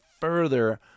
further